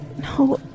no